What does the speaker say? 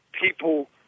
people